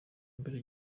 mbere